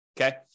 okay